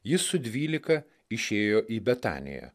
jis su dvylika išėjo į betaniją